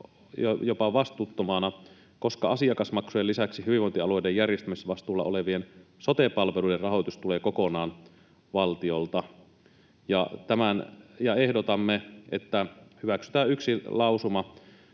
jopa vastuuttomana, koska asiakasmaksujen lisäksi hyvinvointialueiden järjestämisvastuulla olevien sote-palveluiden rahoitus tulee kokonaan valtiolta. Ehdotamme, että hyväksytään yksi lausuma,